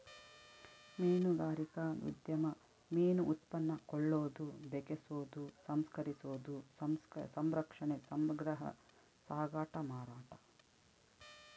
ಮೀನುಗಾರಿಕಾ ಉದ್ಯಮ ಮೀನು ಉತ್ಪನ್ನ ಕೊಳ್ಳೋದು ಬೆಕೆಸೋದು ಸಂಸ್ಕರಿಸೋದು ಸಂರಕ್ಷಣೆ ಸಂಗ್ರಹ ಸಾಗಾಟ ಮಾರಾಟ